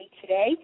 today